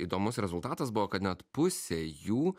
įdomus rezultatas buvo kad net pusė jų